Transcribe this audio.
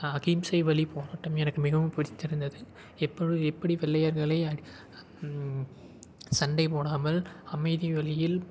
அஹிம்சை வழி போராட்டம் எனக்கு மிகவும் பிடித்திருந்தது எப்பொழுது எப்படி வெள்ளையர்களை சண்டை போடாமல் அமைதி வழியில்